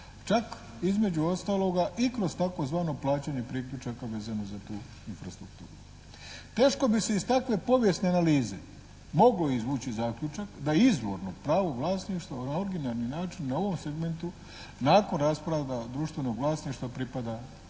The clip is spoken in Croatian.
čak između ostaloga i kroz tzv. plaćanje priključaka vezano uz tu infrastrukturu. Teško bi se iz takve povijesne analize mogao izvući zaključak da izvorno pravo vlasništva na originalni način na ovom segmentu nakon rasprava društvenog vlasništva pripada